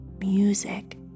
music